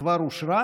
שכבר אושרה